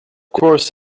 course